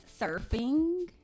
surfing